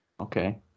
Okay